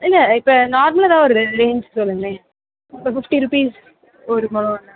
இல்லை இப்போ நார்மலாக எதாவது ஒரு ரே ரேஞ்ச் சொல்லுங்களேன் இப்போ ஃபிஃப்ட்டி ருப்பீஸ் ஒரு முழம் வாங்கினா